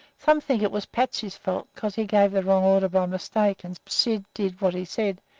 some think it was patsy's fault, because he gave the wrong order by mistake and syd did what he said,